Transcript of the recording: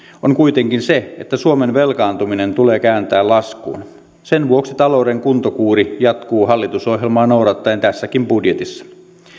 on kuitenkin se että suomen velkaantuminen tulee kääntää laskuun sen vuoksi talouden kuntokuuri jatkuu hallitusohjelmaa noudattaen tässäkin budjetissa